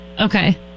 okay